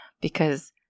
because-